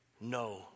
no